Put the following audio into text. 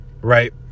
right